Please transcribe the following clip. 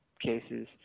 cases